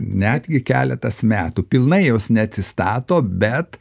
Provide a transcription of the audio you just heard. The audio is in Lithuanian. netgi keletas metų pilnai jos neatsistato bet